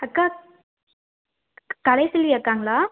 அக்கா கலைசெல்வி அக்காங்களா